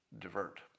divert